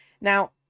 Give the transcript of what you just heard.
now